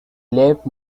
left